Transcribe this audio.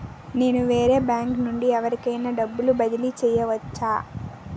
నేను వేరే బ్యాంకు నుండి ఎవరికైనా డబ్బు బదిలీ చేయవచ్చా?